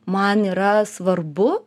man yra svarbu